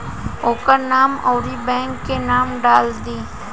ओकर नाम अउरी बैंक के नाम डाल दीं